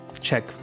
check